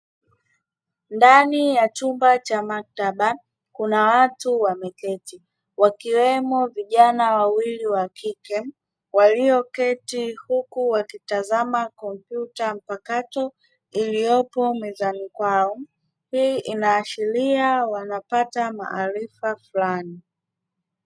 Ndani ya chumba cha maktaba kuna watu wameketi wakiwemo vijana wawili wakike, walioketi huku wkitazama kompyuta mpakato iliyopo mezani kwao, hii inaashiria wanapata maarifa fulani.